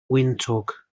wyntog